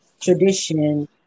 tradition